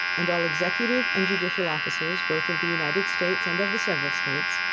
and all executive and judicial officers, both of the united states and of the several states,